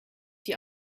die